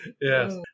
Yes